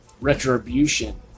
retribution